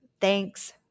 thanks